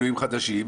בוועדת המשותפת.